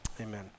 Amen